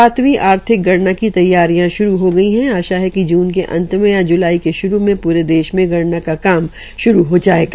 सातवी आर्थिक गणना की तैयारियां श्रू हो गई है आशा है जून के अंत में या ज्लाई में श्रू में पूरे देश में गणना एक कार्य श्रू हो जायेगा